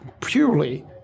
purely